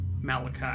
Malachi